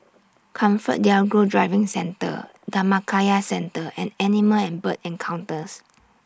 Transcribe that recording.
ComfortDelGro Driving Centre Dhammakaya Centre and Animal and Bird Encounters